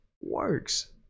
works